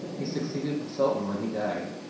he succeeded the sultan when he died,